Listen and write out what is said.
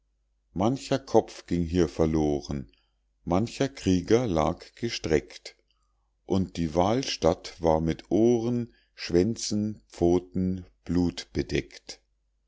mancher kopf ging hier verloren mancher krieger lag gestreckt und die wahlstatt war mit ohren schwänzen pfoten blut bedeckt